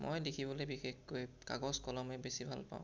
মই লিখিবলৈ বিশেষকৈ কাগজ কলমেই বেছি ভাল পাওঁ